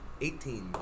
Eighteen